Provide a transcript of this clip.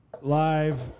Live